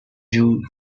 jew